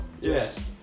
Yes